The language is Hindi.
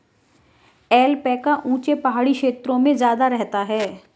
ऐल्पैका ऊँचे पहाड़ी क्षेत्रों में ज्यादा रहता है